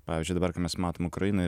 pavyzdžiui dabar kai mes matom ukrainoj